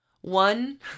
One